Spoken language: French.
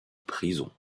prison